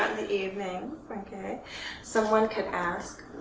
the evening. someone could ask,